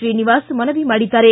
ಶ್ರೀನಿವಾಸ್ ಮನವಿ ಮಾಡಿದ್ದಾರೆ